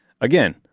Again